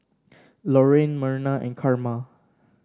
Loraine Merna and Karma